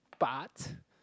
but